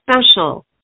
special